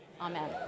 Amen